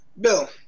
Bill